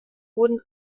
wurden